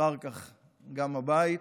אחר כך גם הבית